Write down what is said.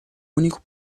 único